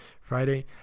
Friday